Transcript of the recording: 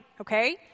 okay